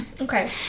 Okay